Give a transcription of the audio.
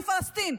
והיא פלסטין.